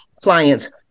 clients